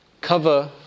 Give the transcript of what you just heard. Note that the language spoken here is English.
cover